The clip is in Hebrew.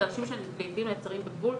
זה אנשים שלעיתים נעצרים בגבול,